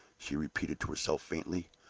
she repeated to herself, faintly.